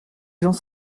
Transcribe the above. gens